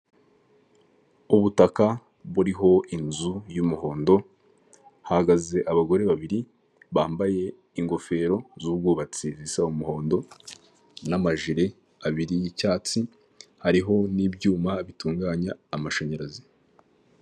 Ubutaka buriho inzu y'umuhondo, hahagaze abagore babiri bambaye ingofero z'ubwubatsi zisa umuhondo n'amajiri abiri y'icyatsi, hariho n'ibyuma bitunganya amashanyarazi.